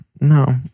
No